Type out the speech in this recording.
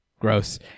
gross